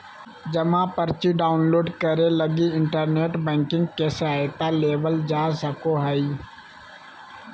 जमा पर्ची डाउनलोड करे लगी इन्टरनेट बैंकिंग के सहायता लेवल जा सको हइ